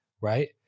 Right